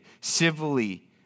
civilly